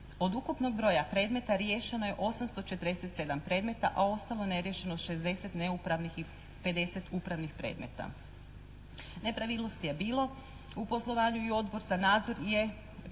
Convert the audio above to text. Od ukupnog broja predmeta riješeno je 847 predmeta, a ostalo neriješeno 60 neupravnih i 50 upravnih predmeta. Nepravilnosti je bilo u poslovanju i Odbor za nadzor je